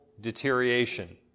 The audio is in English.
deterioration